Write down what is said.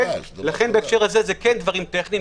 לכן בהקשר הזה זה כן דברים טכניים.